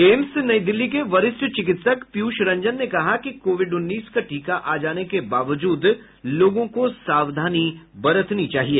AIIMS नई दिल्ली के वरिष्ठ चिकित्सक पीयूष रंजन ने कहा कि कोविड उन्नीस का टीका आ जाने के बावजूद लोगों को सावधानी बरतनी चाहिए